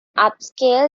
upscale